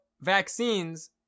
vaccines